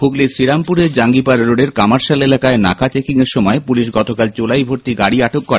হুগলীর শ্রীরামপুর জাঙ্গিপাড়া রোডের কামারশাল এলাকায় নাক চেকিং এর সময় পুলিশ গতকাল চোলাই ভর্তি গাড়ি আটক করে